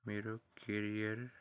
मेरो करियर